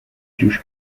جوش